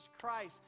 Christ